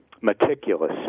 meticulous